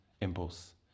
impulse